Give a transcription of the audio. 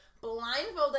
blindfolded